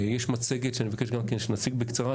יש מצגת שאני מבקש גם כן שנציג בקצרה.